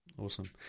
Awesome